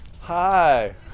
Hi